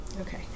Okay